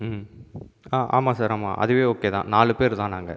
ம் ஆமாம் சார் ஆமாம் அதுவே ஓகேதான் நாலு பேர்தான் நாங்கள்